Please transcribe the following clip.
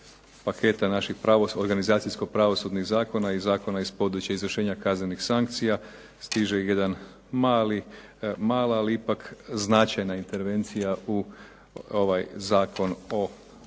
paketa naših organizacijsko-pravosudnih zakona i zakona iz područja izvršenja kaznenih sankcija stiže jedan mali, ali ipak značajna intervencija u ovaj Zakon o